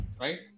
right